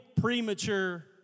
premature